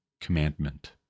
commandment